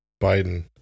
biden